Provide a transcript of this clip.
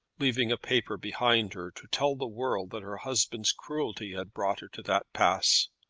leaving a paper behind her to tell the world that her husband's cruelty had brought her to that pass.